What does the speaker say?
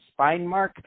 SpineMark